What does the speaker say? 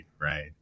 right